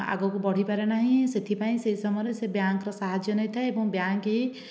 ଆଗକୁ ବଢ଼ିପାରେ ନାହିଁ ସେଥିପାଇଁ ସେ ସମୟରେ ସେ ବ୍ୟାଙ୍କର ସାହାଯ୍ୟ ନେଇଥାଏ ଏବଂ ବ୍ୟାଙ୍କ ହିଁ